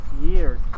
years